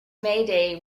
mayday